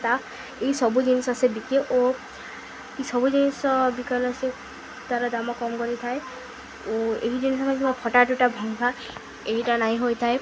ତା' ଏଇ ସବୁ ଜିନିଷ ସେ ବିକେ ଓ ଏଇ ସବୁ ଜିନିଷ ବିକିଲେ ସେ ତାର ଦାମ କମ କରିଥାଏ ଓ ଏ ଜିନିଷ ଫଟାଟୁଟା ଭଙ୍ଗା ଏଇଟା ନାଇଁ ହୋଇଥାଏ